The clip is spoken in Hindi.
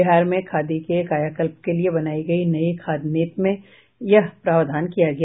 बिहार में खादी के कायाकल्प के लिए बनायी गयी नयी खादी नीति में यह प्रावधान किया गया